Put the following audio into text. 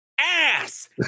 ass